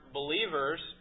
believers